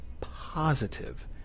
positive